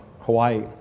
Hawaii